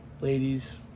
Ladies